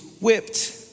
whipped